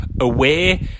away